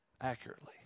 accurately